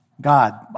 God